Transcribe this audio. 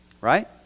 right